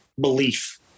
belief